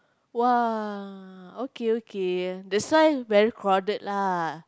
!wah! okay okay the size very crowded lah